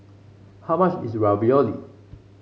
how much is Ravioli